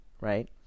right